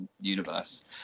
universe